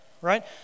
Right